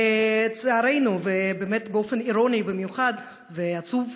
לצערנו, ובאמת באופן אירוני במיוחד ועצוב,